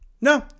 No